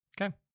okay